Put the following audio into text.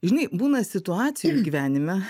žinai būna situacijų gyvenime